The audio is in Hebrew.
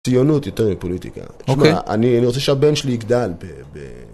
ציונות יותר מפוליטיקה, שמע אני רוצה שהבן שלי יגדל ב...